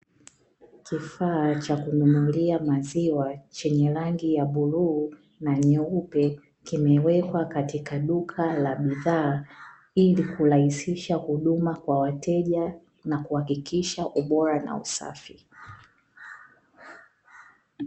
Kifaa cha kununulia maziwa chenye rangi ya bluu na nyeupe, kimewekwa katika duka la bidhaa ili kurahisisha huduma kwa wateja na kuhakikisha ubora na usafi.